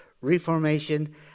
reformation